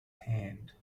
hand